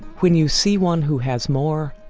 when you see one who has more,